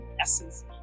essence